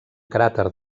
cràter